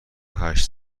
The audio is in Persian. هشت